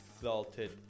salted